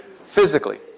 physically